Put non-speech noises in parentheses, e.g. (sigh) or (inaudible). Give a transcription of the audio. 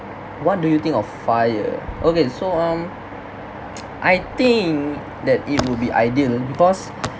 what do you think of FIRE okay so um (noise) I think that it would be ideal because